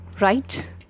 right